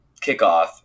kickoff